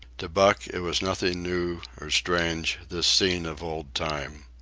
to buck it was nothing new or strange, this scene of old time.